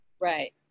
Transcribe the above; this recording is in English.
Right